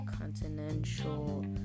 Continental